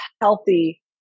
healthy